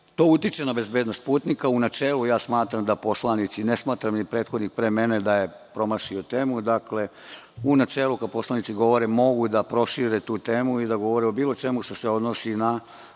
To utiče na bezbednost putnika.U načelu, smatram da poslanici, ne smatram da je i prethodnik pre mene promašio temu, u načelu kada poslanici govore mogu da prošire tu temu i da govore o bilo čemu što se odnosi na